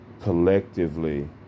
collectively